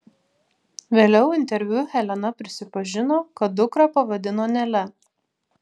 vėliau interviu helena prisipažino kad dukrą pavadino nele